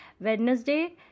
Wednesday